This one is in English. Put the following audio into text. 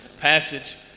passage